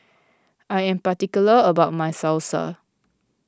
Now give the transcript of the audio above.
I am particular about my Salsa